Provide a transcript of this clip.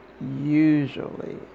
usually